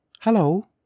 Hello